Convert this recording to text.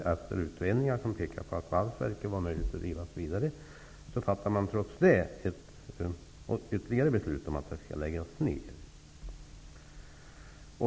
Trots utredningar som pekar på att det är möjligt att driva valsverket vidare, fattade man ett beslut om att det skall läggas ner.